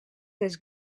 dels